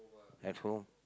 at home